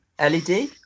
led